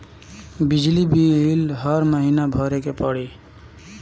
बिजली बिल हर महीना भरे के पड़ी?